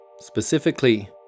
specifically